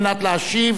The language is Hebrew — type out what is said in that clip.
לאחר מכן,